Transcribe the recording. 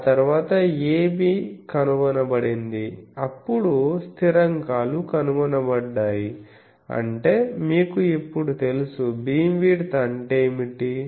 ఆ తరువాత a b కనుగొనబడింది అప్పుడు స్థిరాంకాలు కనుగొనబడ్డాయి అంటే మీకు ఇప్పుడు తెలుసు బీమ్విడ్త్ అంటే ఏమిటి